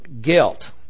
Guilt